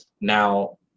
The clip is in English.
now